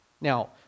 Now